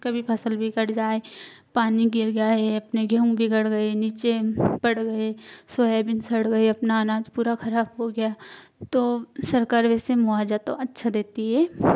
कभी फसल भी कट जाए पानी गिर जाए अपने गेहूँ बिगड़ गई है नीचे पड़ गए सोयाबीन सड़ गई है अपना अनाज पूरा खराब हो गया तो सरकार वैसे मुआवजा तो अच्छा देती है